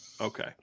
Okay